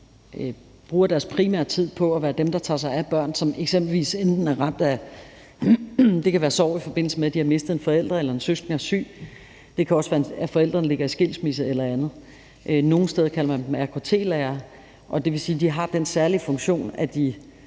bruger deres primære tid på at være dem, der tager sig af børn, som eksempelvis enten er ramt af sorg, i forbindelse med at de har mistet en forælder eller en søskende er syg, eller det kan også være, at forældrene ligger i skilsmisse eller andet. Nogle steder kalder man dem AKT-lærere, og det vil sige, at de har den særlige funktion, at de